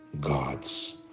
gods